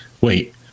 wait